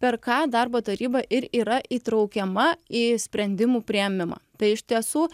per ką darbo taryba ir yra įtraukiama į sprendimų priėmimą tai iš tiesų